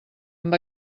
amb